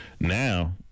Now